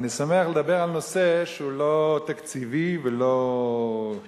שמח לדבר על נושא שהוא לא תקציבי ולא עם